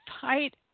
fight